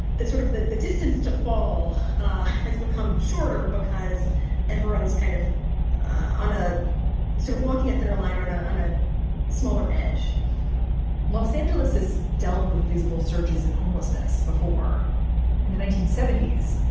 the sort of the the distance to fall ah has become shorter because everyone's kind of on a sort of walking it thinner line on ah on a smaller edge los angeles has dealt with visible surges in homelessness before in the nineteen seventy s.